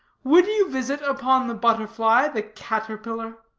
would you visit upon the butterfly the caterpillar?